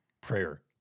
prayer